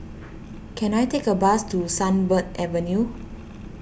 can I take a bus to Sunbird Avenue